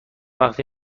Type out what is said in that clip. وقتی